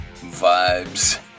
vibes